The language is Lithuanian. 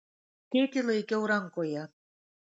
skėtį laikiau rankoje